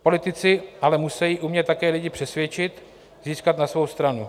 Politici ale musejí umět také lidi přesvědčit, získat na svou stranu.